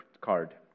card